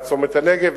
ועד צומת הנגב.